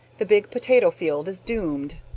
the big potato field is doomed.